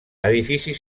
edifici